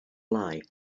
lie